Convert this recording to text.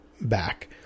back